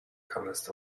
comest